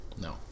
No